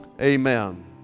amen